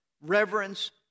reverence